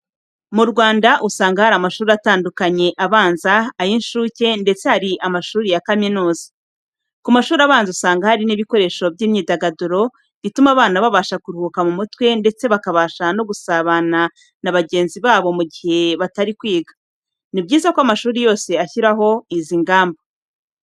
Mu Rwanda usanga hari amashuri atandukanye abanza, ay'incuke ndetse hari amashuri ya kaminuza. Ku mashuri abanza usanga hari n'ibikoresho by'imyidagaduro, bituma abana babasha kuruhuka mu mutwe ndetse bakabasha no gusabana na bagenzi babo mugihe batari kwiga. Nibyiza ko amashuri yose ashyiraho izi ngamba.